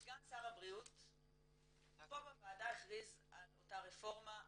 סגן שר הבריאות פה בוועדה הכריז על אותה רפורמה,